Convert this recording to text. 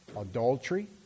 adultery